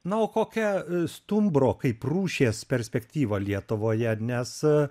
na o kokia stumbro kaip rūšies perspektyva lietuvoje nes